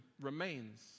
remains